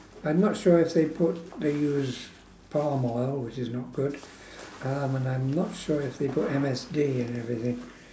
I'm not sure if they put they use palm oil which is not good um and I'm not sure if they put M_S_G and everything